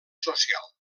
social